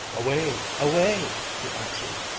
away! away! he answered.